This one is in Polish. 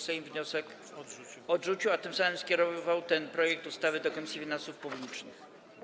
Sejm wniosek odrzucił, a tym samym skierował ten projekt ustawy do Komisji Finansów Publicznych.